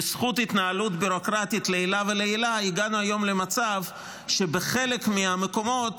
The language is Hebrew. בזכות התנהלות בירוקרטית לעילא ולעילא הגענו היום למצב שבחלק מהמקומות,